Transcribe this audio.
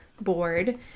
board